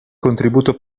contributo